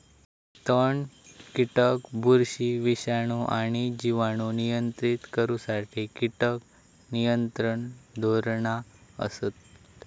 तण, कीटक, बुरशी, विषाणू आणि जिवाणू नियंत्रित करुसाठी कीटक नियंत्रण धोरणा असत